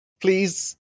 Please